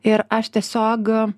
ir aš tiesiog